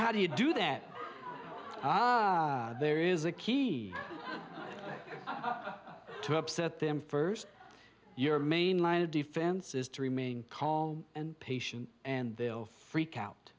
how do you do that there is a key to upset them first your main line of defense is to remain calm and patient and they'll freak out